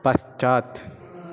पश्चात्